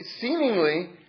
seemingly